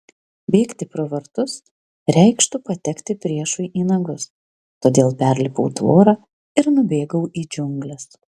bėgti pro vartus reikštų patekti priešui į nagus todėl perlipau tvorą ir nubėgau į džiungles